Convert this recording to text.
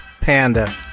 panda